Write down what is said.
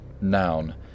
Noun